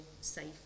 safe